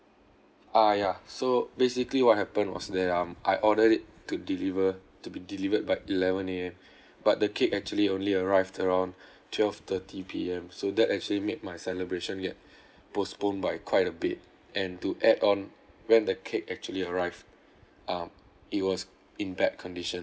ah ya so basically what happened was that um I ordered it to deliver to be delivered by eleven A_M but the cake actually only arrived around twelve thirty P_M so that actually made my celebration get postponed by quite a bit and to add on when the cake actually arrived um it was in bad condition